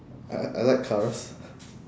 I I like cars